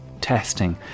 testing